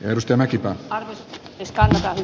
ennuste mäkipää josta saa